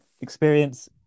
experience